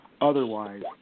Otherwise